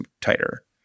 tighter